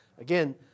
Again